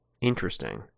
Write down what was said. Interesting